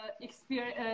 experience